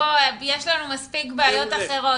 יש לנו מספיק בעיות אחרות.